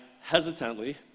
hesitantly